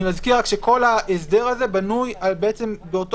אני מזכיר שכל ההסדר הזה בנוי באותו